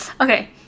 okay